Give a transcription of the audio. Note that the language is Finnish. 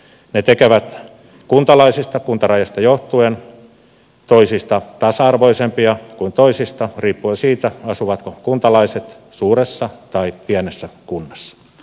ne tekevät kuntarajoista johtuen toisista kuntalaisista tasa arvoisempia kuin toisista riippuen siitä asuvatko kuntalaiset suuressa vai pienessä kunnassa